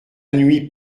nuit